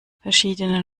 verschiedene